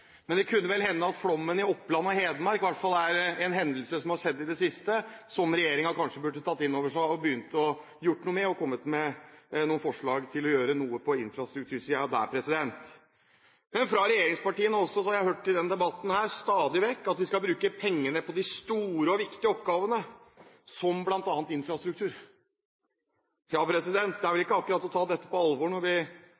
Men det kunne vel hende at i hvert fall flommen i Oppland og Hedmark er en hendelse som har skjedd i det siste som regjeringen burde ta inn over seg og begynne å gjøre noe med, og komme med noen forslag til å gjøre noe på infrastruktursiden der. Fra regjeringspartiene har jeg hørt i denne debatten stadig vekk at man skal bruke pengene på de store og viktige oppgavene, som bl.a. infrastruktur.